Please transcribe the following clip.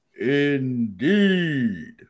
Indeed